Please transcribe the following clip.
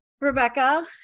Rebecca